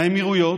האמירויות,